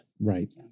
Right